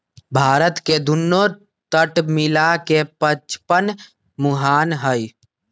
भारत में दुन्नो तट मिला के पचपन मुहान हई